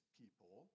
people